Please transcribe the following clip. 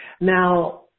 Now